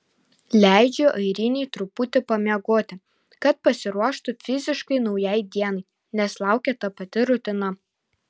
leidžiu airinei truputį pamiegoti kad pasiruoštų fiziškai naujai dienai nes laukia ta pati rutina